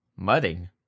mudding